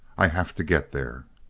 i have to get there!